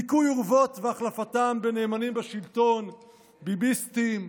ניקוי אורוות והחלפתם בנאמני שלטון ביביסטים,